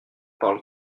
parle